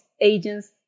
agents